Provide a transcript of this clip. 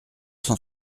cent